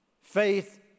faith